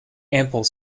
ample